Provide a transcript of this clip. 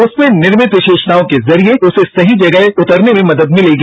उसमें निर्मित विशेषताओं के जरिए उसे सही जगह उतरने में मदद मिलेगी